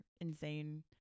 insane